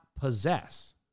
possess